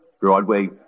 Broadway